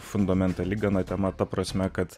fundamentali gana tema ta prasme kad